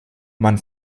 man